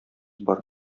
бар